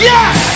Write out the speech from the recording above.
Yes